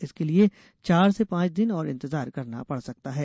इसके लिए चार से पांच दिन और इंतजार करना पड सकता है